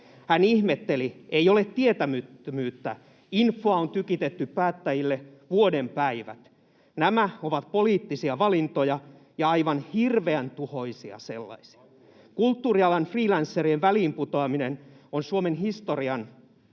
Hän ihmetteli: ”Ei ole tietämättömyyttä, infoa on tykitetty päättäjille vuoden päivät. Nämä ovat poliittisia valintoja, ja aivan hirveän tuhoisia sellaisia.” Kulttuurialan freelancerien väliinputoaminen on Suomen historian